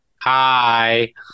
Hi